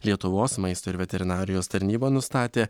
lietuvos maisto ir veterinarijos tarnyba nustatė